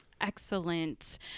Excellent